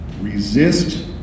Resist